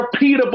repeatable